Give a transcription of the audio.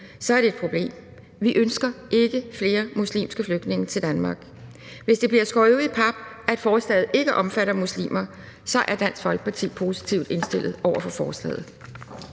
er det et problem. Vi ønsker ikke flere muslimske flygtninge til Danmark. Hvis det bliver skåret ud i pap, at forslaget ikke omfatter muslimer, så er Dansk Folkeparti positivt indstillet over for forslaget.